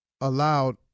allowed